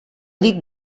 llit